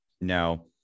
Now